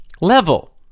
level